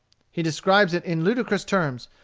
he describes it in ludicrous terms,